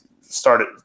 started